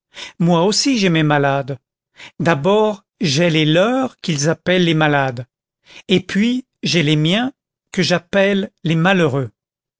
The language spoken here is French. moi aussi j'ai mes malades d'abord j'ai les leurs qu'ils appellent les malades et puis j'ai les miens que j'appelle les malheureux